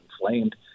inflamed